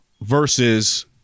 versus